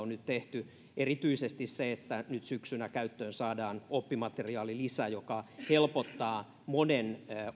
on nyt tehty erityisesti se että nyt syksyllä käyttöön saadaan oppimateriaalilisä joka helpottaa monen